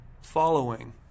following